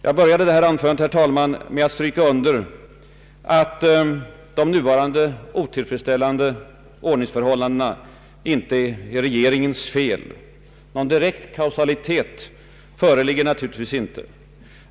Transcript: Jag började detta anförande med att stryka under att de nuvarande otillfredsställande ordningsförhållandena inte i och för sig kan skyllas på regeringen. Någon direkt kausalitet föreligger givetvis inte.